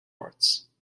arts